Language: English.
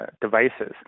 devices